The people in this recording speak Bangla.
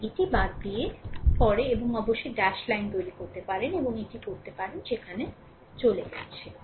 কারণ এটি বাদ দিতে পারে এবং তারপরে একটি ড্যাশ লাইন তৈরি করতে পারে এবং এটি করতে পারে সেখানে চলে গেছে